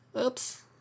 Oops